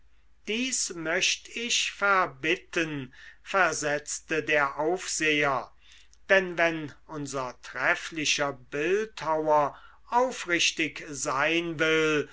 dies möcht ich verbitten versetzte der aufseher denn wenn unser trefflicher bildhauer aufrichtig sein will